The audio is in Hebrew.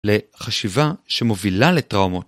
לחשיבה שמובילה לטראומות.